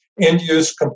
end-use